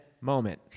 moment